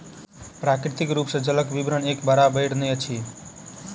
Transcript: प्राकृतिक रूप सॅ जलक वितरण एक बराबैर नै अछि